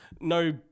no